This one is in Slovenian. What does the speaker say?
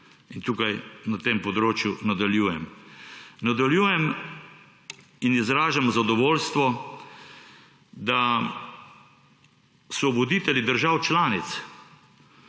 Tukaj na tem področju nadaljujem. Nadaljujem in izražam zadovoljstvo, da so voditelji držav članic